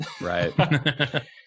Right